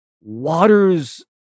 waters